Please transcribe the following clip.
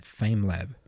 FameLab